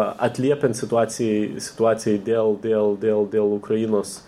atliepiant situacijai situacijai dėl dėl dėl dėl ukrainos